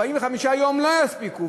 45 יום לא יספיקו.